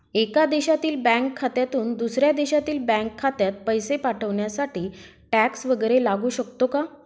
एका देशातील बँक खात्यातून दुसऱ्या देशातील बँक खात्यात पैसे पाठवण्यासाठी टॅक्स वैगरे लागू शकतो का?